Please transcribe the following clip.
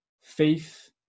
faith